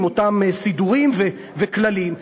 עם אותם סידורים וכללים,